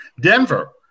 Denver